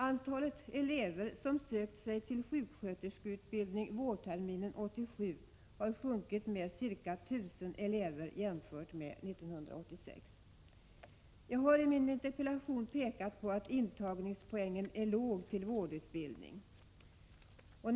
Antalet elever som sökt sig till sjuksköterskeutbildning vårterminen 1987 har sjunkit med ca 1 000 jämfört med 1986. Jag har i min interpellation pekat på att intagningspoängen till vårdutbildning är låg.